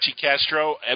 Castro